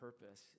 purpose